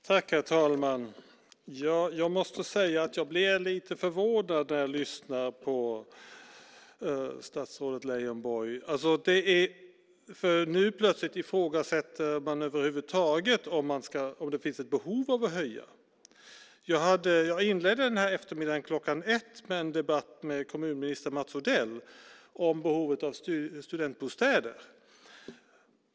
Herr talman! Jag måste säga att jag blir lite förvånad när jag lyssnar på statsrådet Leijonborg. Nu ifrågasätter man plötsligt om det över huvud taget finns ett behov av att höja. Jag inledde den här eftermiddagen kl. 13 med en debatt med kommunminister Mats Odell om behovet av studentbostäder.